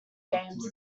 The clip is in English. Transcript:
games